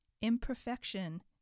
Imperfection